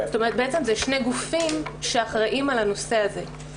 אלה שני גופים שאחראים על הנושא הזה.